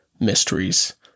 mysteries